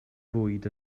fwyd